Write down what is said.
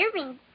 earrings